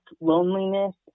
loneliness